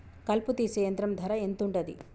కలుపు తీసే యంత్రం ధర ఎంతుటది?